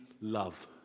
love